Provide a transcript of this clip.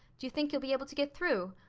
do you think you'll be able to get through?